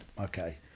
Okay